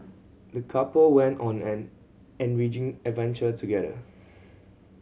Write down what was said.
the couple went on an enriching adventure together